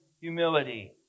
humility